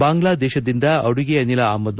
ಬಾಂಗ್ಲಾದೇಶದಿಂದ ಅಡುಗೆ ಅನಿಲ ಆಮದು